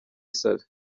saleh